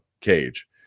cage